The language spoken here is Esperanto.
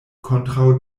kontraŭ